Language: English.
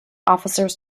officers